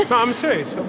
i'm um serious. so